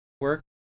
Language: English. work